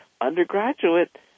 undergraduate